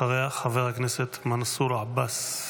אחריה, חבר הכנסת מנסור עבאס.